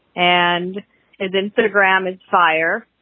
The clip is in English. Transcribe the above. and and instagram is fire.